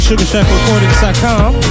SugarShackRecordings.com